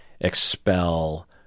expel